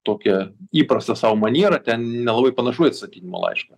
tokia įprasta sau maniera ten nelabai panašu į atsistatydinimo laišką